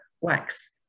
wax